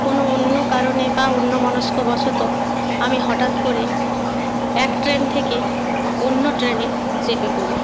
কোনো অন্য কারণে বা অন্যমনস্কবশত আমি হঠাৎ করে এক ট্রেন থেকে অন্য ট্রেনে চেপে পড়ি